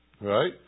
Right